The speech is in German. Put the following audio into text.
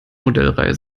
modellreihe